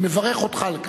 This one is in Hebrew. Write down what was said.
אני מברך אותך על כך.